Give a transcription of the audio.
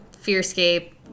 Fearscape